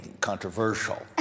controversial